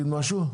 משהו,